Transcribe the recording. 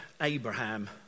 Abraham